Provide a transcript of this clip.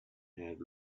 had